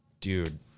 dude